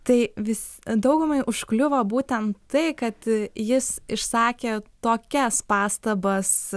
tai vis daugumai užkliuvo būtent tai kad jis išsakė tokias pastabas